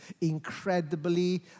incredibly